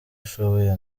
ashoboye